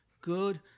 good